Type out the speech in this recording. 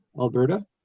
Alberta